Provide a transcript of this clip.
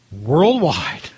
worldwide